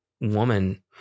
woman